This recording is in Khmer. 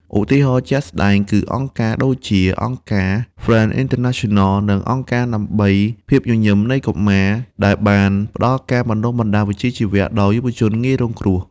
ឧទាហរណ៍ជាក់ស្តែងគឺអង្គការដូចជា អង្គការ ហ្វ្រេនអ៉ីនធឺណាសិនណល និងអង្គការដើម្បីភាពញញឹមនៃកុមារ ដែលបានផ្តល់ការបណ្តុះបណ្តាលវិជ្ជាជីវៈដល់យុវជនងាយរងគ្រោះ។